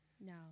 No